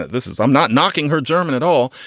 this is i'm not knocking her german at all,